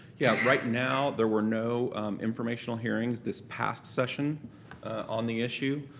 yeah right now there were no informational hearings this past session on the issue.